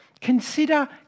consider